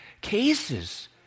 cases